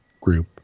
group